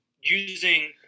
using